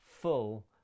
full